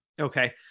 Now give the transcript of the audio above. Okay